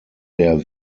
der